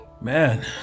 Man